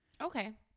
Okay